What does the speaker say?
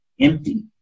empty